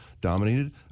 dominated